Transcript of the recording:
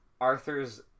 Arthur's